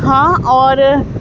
ہاں اور